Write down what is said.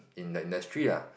in the industry lah